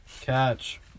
Catch